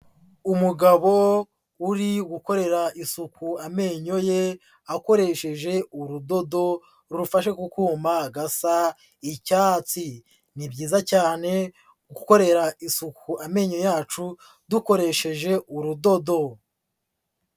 Umugabo uri gukorera isuku amenyo ye, akoresheje urudodo rufashe ku kuma gasa icyatsi, ni byiza cyane gukorera isuku amenyo yacu dukoresheje urudodo.